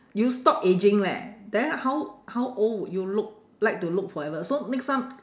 you stop ageing leh then how how old would you look like to look forever so next time